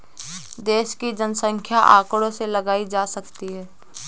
देश की जनसंख्या आंकड़ों से लगाई जा सकती है